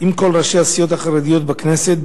עם כל ראשי הסיעות החרדיות בכנסת,